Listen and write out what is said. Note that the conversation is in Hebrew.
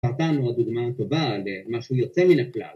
סרטן הוא הדוגמה הטובה ‫למשהו יוצא מן הכלל.